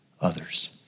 others